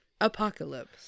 apocalypse